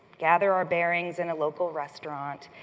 gather our bearings in a local restaurant,